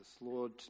Lord